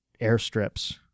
airstrips